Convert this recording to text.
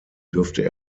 dürfte